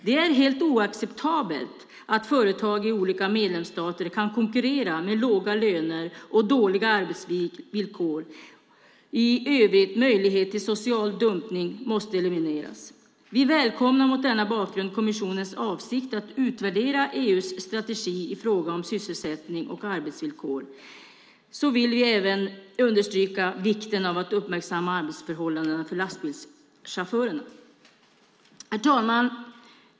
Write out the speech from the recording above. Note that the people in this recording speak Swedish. Det är helt oacceptabelt att företag i olika medlemsstater kan konkurrera med låga löner och dåliga arbetsvillkor. Möjligheter till social dumpning måste elimineras. Vi välkomnar mot denna bakgrund kommissionens avsikt att utvärdera EU:s strategi i fråga om sysselsättning och arbetsvillkor. Jag vill även understryka vikten av att uppmärksamma arbetsförhållandena för lastbilschaufförerna. Herr talman!